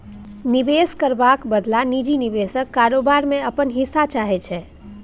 निबेश करबाक बदला निजी निबेशक कारोबार मे अपन हिस्सा चाहै छै